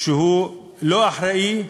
שהוא לא אחראי,